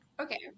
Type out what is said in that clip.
okay